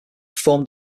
formed